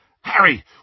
Harry